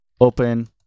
Open